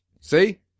See